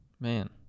man